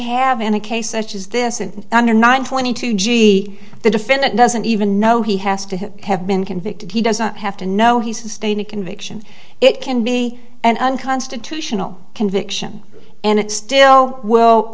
have in a case such as this and under nine twenty two g the defendant doesn't even know he has to have been convicted he doesn't have to know he sustain a conviction it can be an unconstitutional conviction and it still well